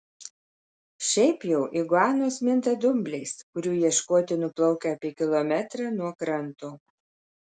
šiaip jau iguanos minta dumbliais kurių ieškoti nuplaukia apie kilometrą nuo kranto